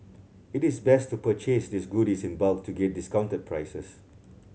it is best to purchase these goodies in bulk to get discounted prices